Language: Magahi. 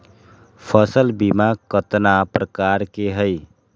फसल बीमा कतना प्रकार के हई?